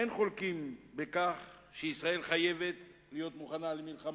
אין חולקים על כך שישראל חייבת להיות מוכנה למלחמה,